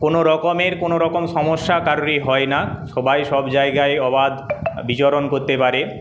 কোনোরকমের কোনোরকম সমস্যা কারোরই হয় না সবাই সব জায়গায় অবাধ বিচরণ করতে পারে